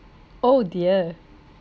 oh dear